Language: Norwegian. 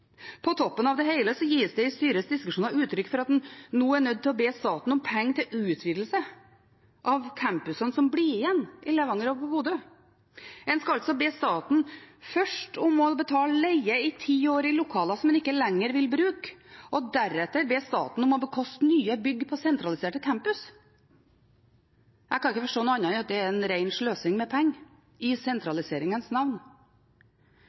På toppen av det hele gis det i styrets diskusjoner uttrykk for at en nå er nødt til å be staten om penger til utvidelse av campusene som blir igjen i Levanger og Bodø. En skal altså be staten først om å betale leie i ti år for lokaler en ikke lenger vil bruke, og deretter be staten om å bekoste nye bygg på sentraliserte campus. Jeg kan ikke forstå noe annet enn at det er ren sløsing med penger, i sentraliseringens navn.